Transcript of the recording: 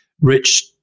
rich